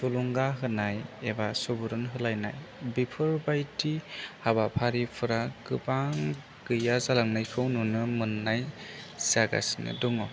थुलुंगा होनाय एबा सुबुरुन होलायनाय बेफोर बायदि हाबाफारिफोरा गोबां गैया जालांनायखौ नुनो मोन्नाय जागासिनो दङ